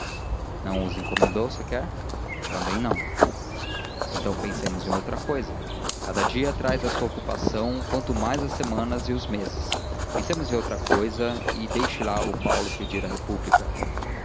não os encomendou sequer também não então pensemos em outra cousa cada dia traz a sua ocupação quanto mais as semanas e os meses pensemos em outra cousa e deixe lá o paulo pedir a república